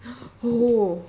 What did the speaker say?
oh